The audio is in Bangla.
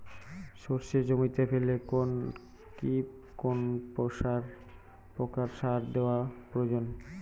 সর্ষে জমিতে ফেলে কি কোন প্রকার সার দেওয়া প্রয়োজন?